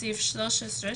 בסעיף 13,